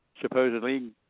supposedly